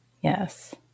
Yes